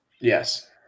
Yes